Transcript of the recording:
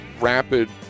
rapid